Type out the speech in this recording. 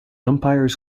umpires